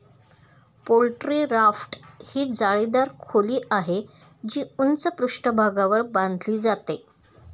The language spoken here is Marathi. पोल्ट्री राफ्ट ही जाळीदार खोली आहे, जी उंच पृष्ठभागावर बांधली जाते